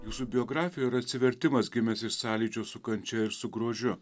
jūsų biografijoj yra atsivertimas gimęs iš sąlyčio su kančia ir su grožiu